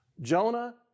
Jonah